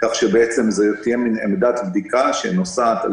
כך שזו תהיה מין עמדת בדיקה שנוסעת על